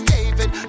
David